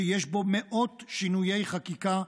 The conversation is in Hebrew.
שיש בו מאות שינויי חקיקה,